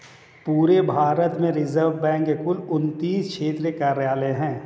पूरे भारत में reserve bank के कुल उनत्तीस क्षेत्रीय कार्यालय हैं